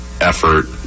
effort